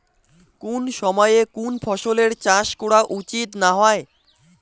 কুন সময়ে কুন ফসলের চাষ করা উচিৎ না হয়?